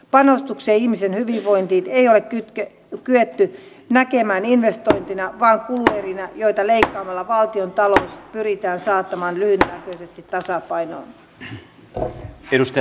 panostuksia ihmisten hyvinvointiin ei ole kyetty näkemään investointeina vaan kuluerinä joita leikkaamalla valtiontalous pyritään saattamaan lyhytnäköisesti tasapainoon